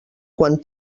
quan